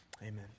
Amen